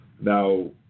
Now